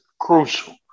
crucial